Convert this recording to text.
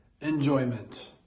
enjoyment